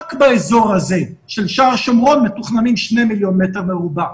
רק באזור הזה של שער שומרון מתוכננים 2 מיליון מטר מרובע.